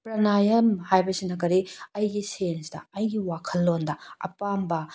ꯄ꯭ꯔꯅꯌꯝ ꯍꯥꯏꯕꯁꯤꯅ ꯀꯔꯤ ꯑꯩꯒꯤ ꯁꯦꯟꯁꯇ ꯑꯩꯒꯤ ꯋꯥꯈꯜꯂꯣꯟꯗ ꯑꯄꯥꯝꯕ